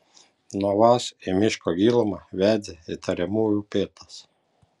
nuo vaz į miško gilumą vedė įtariamųjų pėdos